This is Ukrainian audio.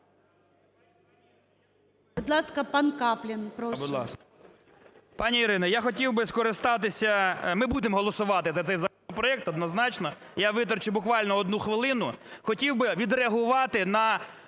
Будь ласка, пан Каплін, прошу.